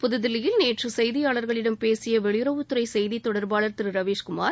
புதுதில்லியில் நேற்று செய்தியாளர்களிடம் பேசிய வெளியுறவுத்துறை செய்தித் தொடர்பாளர் திரு ரவீஸ் குமார்